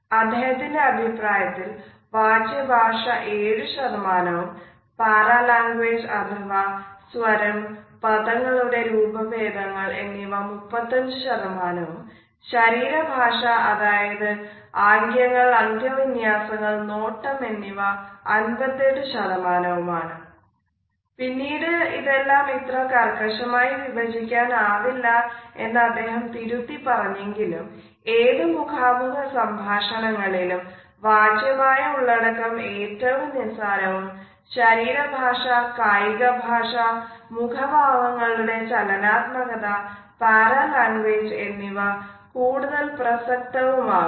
അദ്ദേഹത്തിന്റെ അഭിപ്രായത്തിൽ വാച്യ ഭാഷ 7വും പാരാലാങ്ഗ്വേജ് അഥവാ സ്വരം പദങ്ങളുടെ രൂപഭേദങ്ങൾ എന്നിവ 35 വും ശരീര ഭാഷ അതായത് ആംഗ്യങ്ങൾ അംഗ വിന്യാസങ്ങൾ നോട്ടം എന്നിവ 58 വുംപിന്നീട് ഇതെല്ലം ഇത്ര കർക്കശമായി വിഭജിക്കാനാവില്ല എന്ന് അദ്ദേഹം തിരുത്തി പറഞ്ഞെങ്കിലും ഏത് മുഖാമുഖ സംഭാഷണങ്ങളിലും വാച്യമായ ഉള്ളടക്കം ഏറ്റവും നിസ്സാരവും ശരീരഭാഷ കായിക ഭാഷ മുഖഭാവങ്ങളുടെ ചലനാത്മകത പാരാലാങ്ഗ്വേജ് എന്നിവ കൂടുതൽ പ്രസക്തവും ആകുന്നു